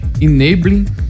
enabling